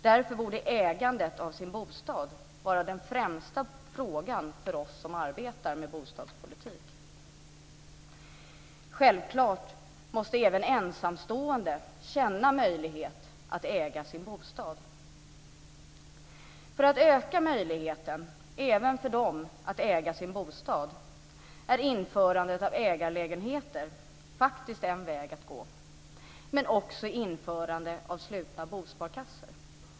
Därför borde möjligheten till ägande av bostaden vara den främsta frågan för oss som arbetar med bostadspolitik. Självklart måste även den ensamstående ha möjlighet att äga sin bostad. För att öka möjligheten även för ensamstående att äga sin bostad är införande av ägarlägenheter faktiskt en väg att gå, men också införande av slutna bosparkassor.